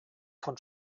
von